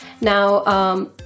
Now